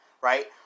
right